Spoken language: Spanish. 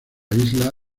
isla